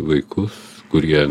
vaikus kurie